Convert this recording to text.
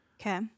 Okay